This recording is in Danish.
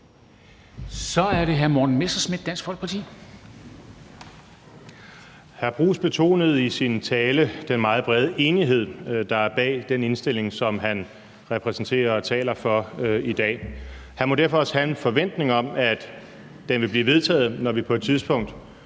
Kl. 13:29 Morten Messerschmidt (DF): Hr. Jeppe Bruus betonede i sin tale den meget brede enighed, der er bag den indstilling, som han repræsenterer og taler for i dag. Han må derfor også have en forventning om, at den vil blive vedtaget, når vi på et tidspunkt